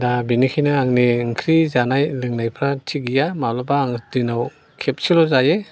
दा बिनिखायनो आंनि ओंख्रि जानाय लोंनायफ्रा थिग गैया माब्लाबा आं दिनाव खेबसेल' जायो